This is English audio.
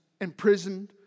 imprisoned